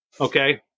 Okay